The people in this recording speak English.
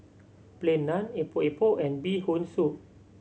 Plain Naan Epok Epok and Bee Hoon Soup